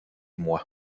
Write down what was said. moi